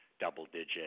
double-digit